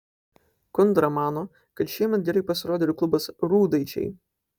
kundra mano kad šiemet gerai pasirodė ir klubas rūdaičiai